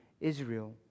Israel